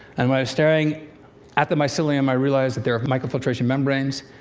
and when i'm staring at the mycelium, i realize that they are microfiltration membranes.